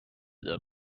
the